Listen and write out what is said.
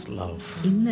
love